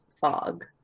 fog